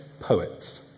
poets